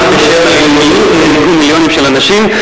גם בשם הלאומיות נהרגו מיליונים של אנשים.